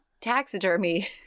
taxidermy